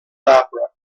opera